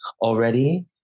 already